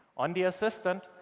on the assistant,